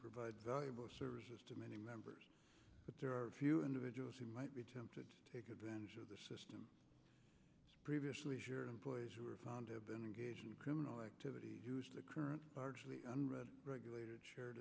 provide valuable service to many members but there are a few individuals who might be tempted to take advantage of the system previously as your employees were found to have been engaged in criminal activity the current largely unread regulated shared